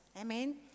amen